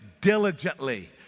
diligently